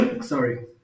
sorry